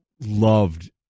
loved